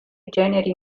generi